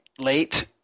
Late